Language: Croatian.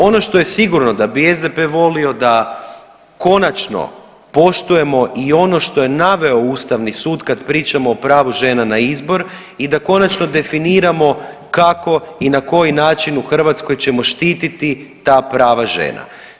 Ono što je sigurno da bi SDP volio da konačno poštujemo i ono što je naveo Ustavni sud kad pričamo o pravu žena na izbor i da konačno definiramo kako i na koji način u Hrvatskoj ćemo štititi ta prava žena.